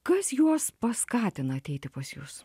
kas juos paskatina ateiti pas jus